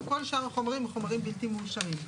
וכל שאר החומרים הם חומרים בלתי מאושרים.